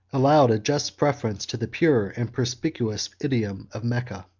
allowed a just preference to the pure and perspicuous idiom of mecca.